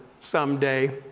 someday